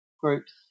groups